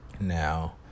Now